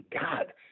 God